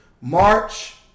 March